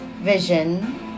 vision